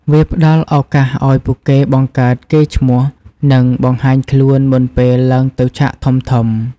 វាផ្តល់ឱកាសឲ្យពួកគេបង្កើតកេរ្តិ៍ឈ្មោះ និងបង្ហាញខ្លួន មុនពេលឡើងទៅឆាកធំៗ។